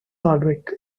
hardwick